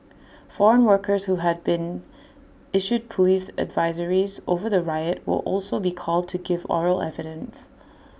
foreign workers who had been issued Police advisories over the riot will also be called to give oral evidence